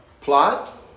Plot